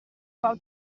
pau